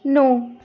ਨੌ